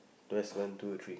test one two three